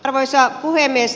arvoisa puhemies